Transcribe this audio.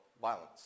Violence